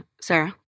Sarah